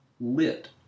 lit